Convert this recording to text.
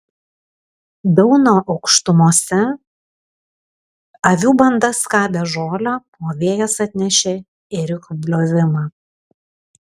dauno aukštumose avių banda skabė žolę o vėjas atnešė ėriukų bliovimą